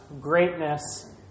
greatness